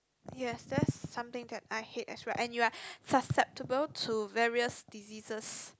yes that's something that I hate as well and you are susceptible to various diseases